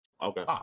Okay